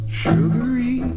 sugary